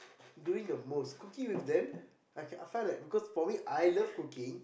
doing the most cooking with them I can I find that because I love cooking